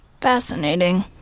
Fascinating